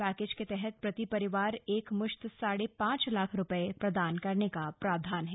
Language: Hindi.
पैकेज के तहत प्रति परिवार एकमुश्त साढ़े पांच लाख रुपये प्रदान करने का प्रावधान है